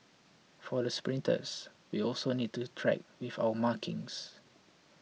for the sprinters we also need to track with our markings